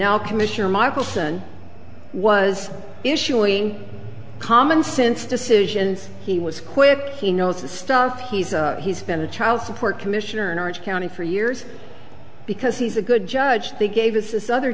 now commissioner michelson was issuing common sense decisions he was quick he knows the stuff he's he's been a child support commissioner in orange county for years because he's a good judge they gave us this other